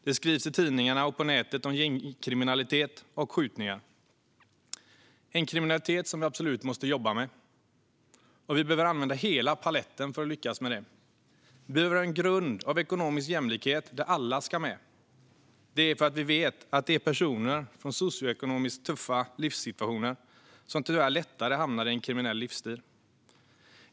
Det skrivs i tidningarna och på nätet om gängkriminalitet och skjutningar. Det är en kriminalitet som vi absolut måste jobba mot, och vi behöver använda hela paletten för att lyckas. Vi behöver en grund av ekonomisk jämlikhet där alla ska med. Det är för att vi vet att personer från socioekonomiskt tuffa livssituationer tyvärr lättare hamnar i en kriminell livsstil.